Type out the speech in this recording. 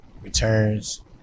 returns